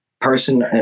person